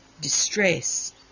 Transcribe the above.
distress